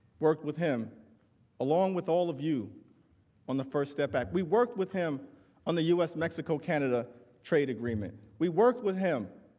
worked with him along with all of you on the first. and we worked with him on the u s. mexico canada trade agreement. we worked with him